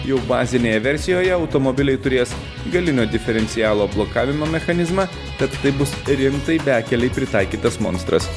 jau bazinėje versijoje automobiliai turės galinio diferencialo blokavimo mechanizmą tad tai bus rimtai bekelei pritaikytas monstras